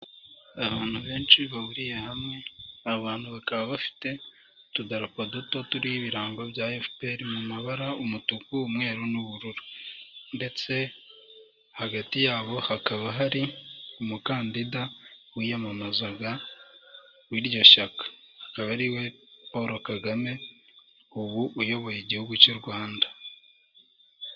Abantu benshi bahuriye hamwe, abo bantu bakaba bafite utudarapo duto turiho ibirango bya efuperi mu mabara, umutuku, umweru n'ubururu. Ndetse hagati yabo hakaba hari umukandida wiyamamazaga w'iryo shyaka akaba ari we Poro Kagame ubu uyoboye igihugu cy'u Rwanda.